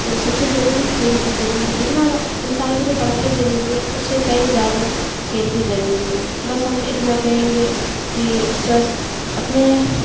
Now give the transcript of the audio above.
تو سب سے ضروری کھیل بھی ضروری جتنا انسان کے لیے پڑھائی ضروری ہے اس سے کئی زیادہ کھیل بھی ضروری ہے بس ہم اتنا کہیں گے کہ سوستھ اپنے